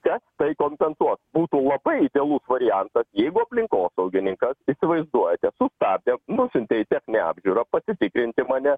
kas tai kompensuos būtų labai idealus variantas jeigu aplinkosaugininkas įsivaizduojate sustabdė nusiuntė į techninę apžiūrą pasitikrinti mane